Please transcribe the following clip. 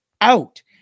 out